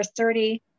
30